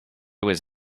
was